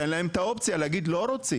תן להם את האופציה להגיד "לא רוצים",